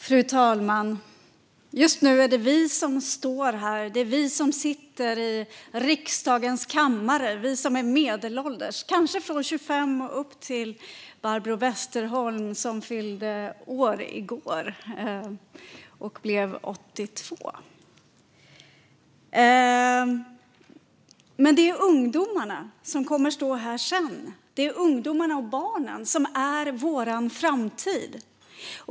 Fru talman! Just nu är det vi som står här. Det är vi som är medelålders som sitter i riksdagens kammare, kanske från 25-åringar upp till Barbro Westerholm, som fyllde 88 år i går. Men det är ungdomarna som kommer att stå här sedan. Det är ungdomarna och barnen som är vår framtid.